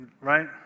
right